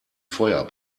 feuer